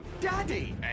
Daddy